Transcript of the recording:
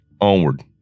Onward